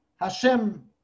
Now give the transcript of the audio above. Hashem